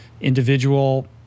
individual